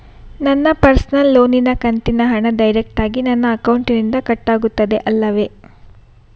ನನ್ನ ಪರ್ಸನಲ್ ಲೋನಿನ ಕಂತಿನ ಹಣ ಡೈರೆಕ್ಟಾಗಿ ನನ್ನ ಅಕೌಂಟಿನಿಂದ ಕಟ್ಟಾಗುತ್ತದೆ ಅಲ್ಲವೆ?